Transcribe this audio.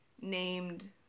named